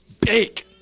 Big